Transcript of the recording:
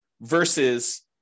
versus